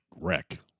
wreck